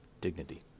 dignity